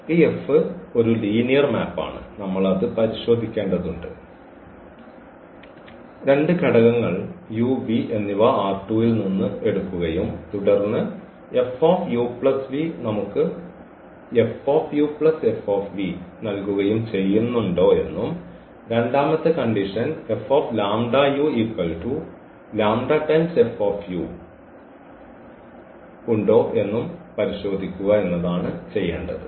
ഈ F ഒരു linear മാപ്പാണ് നമ്മൾ അത് പരിശോധിക്കേണ്ടതുണ്ട് രണ്ട് ഘടകങ്ങൾ u v എന്നിവ ൽ നിന്ന് എടുക്കുകയും തുടർന്ന് നമുക്ക് നൽകുകയും ചെയ്യുന്നുണ്ടോ എന്നും രണ്ടാമത്തെ കണ്ടീഷൻ ആൽബം ഉണ്ടോ എന്നും പരിശോധിക്കുക എന്നതാണ് ചെയ്യേണ്ടത്